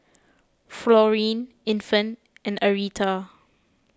Florene Infant and Arietta